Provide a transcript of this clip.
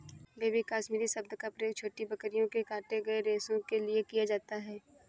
baby Kashmiri शब्द का प्रयोग छोटी बकरियों के काटे गए रेशो के लिए किया जाता है